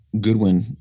Goodwin